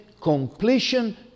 completion